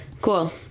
Cool